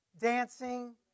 dancing